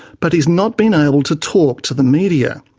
but he's not been able to talk to the media.